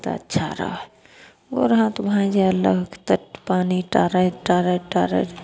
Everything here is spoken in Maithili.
तऽ अच्छा रहय गोर हाथ भाँजि आयल तऽ पानि टारैत टारैत टारैत